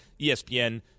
ESPN